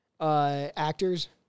actors